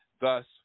thus